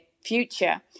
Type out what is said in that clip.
future